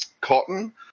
cotton –